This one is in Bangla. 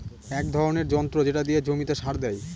এক ধরনের যন্ত্র যেটা দিয়ে জমিতে সার দেয়